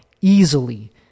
easily